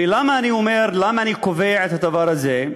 ולמה אני קובע את הדבר הזה?